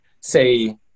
say